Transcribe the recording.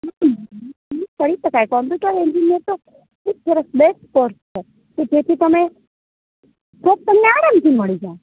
કરી શકાય computer engineer તો ખૂબ સરસ બૅસ્ટ કોર્સ છે કે જેથી તમે જૉબ તમને આરામથી મળી જાય